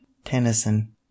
tennyson